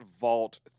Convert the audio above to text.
vault